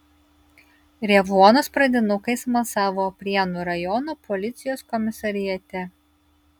revuonos pradinukai smalsavo prienų rajono policijos komisariate